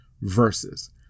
versus